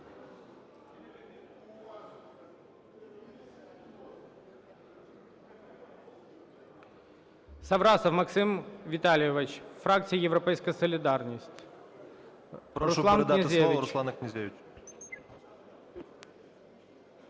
Прошу передати слово Руслану Князевичу.